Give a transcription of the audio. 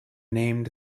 named